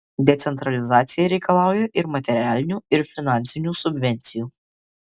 decentralizacija reikalauja ir materialinių ir finansinių subvencijų